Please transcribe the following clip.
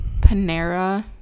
Panera